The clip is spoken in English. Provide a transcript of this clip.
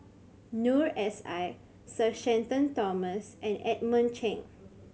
Noor S I Sir Shenton Thomas and Edmund Cheng